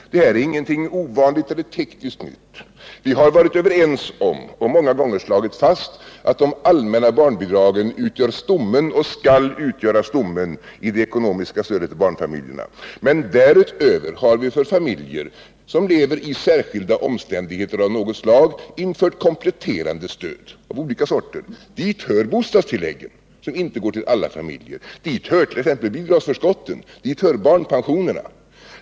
Det här är inget ovanligt eller tekniskt nytt. Vi har varit överens om och många gånger slagit fast att det allmänna barnbidraget utgör och skall utgöra stommen i det ekonomiska stödet till barnfamiljerna. Men därutöver har vi för familjer som lever i särskilda omständigheter av något slag infört kompletterande stöd av olika sorter. Dit hör bostadstilläggen, som inte går till alla familjer. Dit hör t.ex. bidragsförskotten. Dit hör barnpensionerna.